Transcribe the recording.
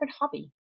hobby